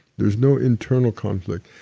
there's no internal conflict,